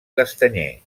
castanyer